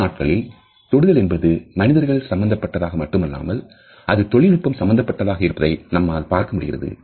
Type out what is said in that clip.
இந்நாட்களில் தொடுதல் என்பது மனிதர்கள் சம்பந்தப்பட்டதாக மட்டுமல்ல அது தொழில்நுட்பம் சம்பந்தப்பட்டதாக இருப்பதை நம்மால் பார்க்க முடிகிறது